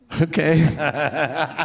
Okay